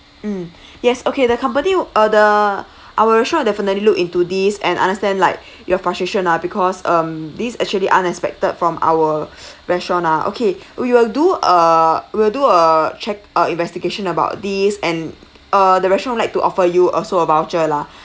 mm yes okay the company uh the our restaurant will definitely look into this and understand like your frustration lah because um this actually unexpected from our restaurant ah okay we will do a we'll do a check uh investigation about this and uh the restaurant would like to offer you also a voucher lah